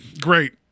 great